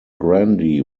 grande